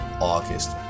August